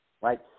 right